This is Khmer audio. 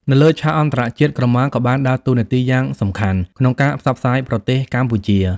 នៅលើឆាកអន្តរជាតិ ក្រមាក៏បានដើរតួនាទីយ៉ាងសំខាន់ក្នុងការផ្សព្វផ្សាយប្រទេសកម្ពុជា។